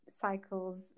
cycles